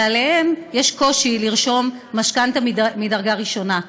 ועליהם יש קושי לרשום משכנתה מדרגה ראשונה.